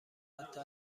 حتی